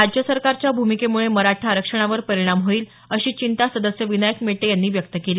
राज्य सरकारच्या भूमिकेमुळे मराठा आरक्षणावर परिणाम होईल अशी चिंता सदस्य विनायक मेटे यांनी व्यक्त केली